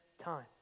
time